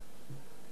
ייתנו לך אוכל.